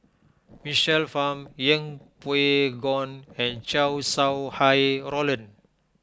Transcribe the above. Michael Fam Yeng Pway Ngon and Chow Sau Hai Roland